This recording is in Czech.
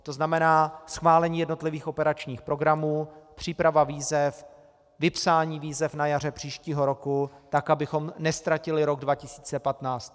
To znamená schválení jednotlivých operačních programů, příprava výzev, vypsání výzev na jaře příštího roku, abychom neztratili rok 2015.